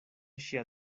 ŝia